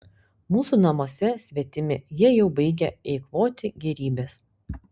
mūsų namuose svetimi jie jau baigia eikvoti gėrybes